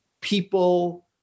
people